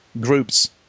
groups